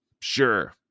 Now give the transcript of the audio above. Sure